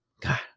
God